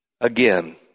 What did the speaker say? again